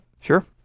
Sure